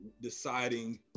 deciding